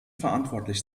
verantwortlich